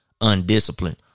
undisciplined